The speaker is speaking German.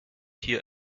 hier